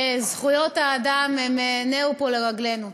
שזכויות האדם הן פה נר לרגלינו.